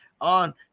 on